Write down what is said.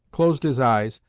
closed his eyes,